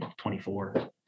24